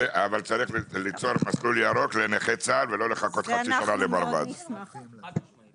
אבל צריך ליצור מסלול ירוק לנכי צה"ל ולא לחכות למרב"ד במשך חצי שנה.